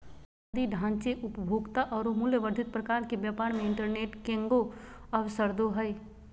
बुनियादी ढांचे, उपभोक्ता औरो मूल्य वर्धित प्रकार के व्यापार मे इंटरनेट केगों अवसरदो हइ